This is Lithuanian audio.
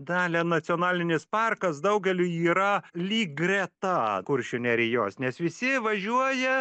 dalia nacionalinis parkas daugeliui yra lyg greta kuršių nerijos nes visi važiuoja